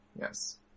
Yes